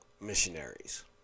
missionaries